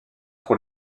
pour